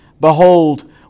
Behold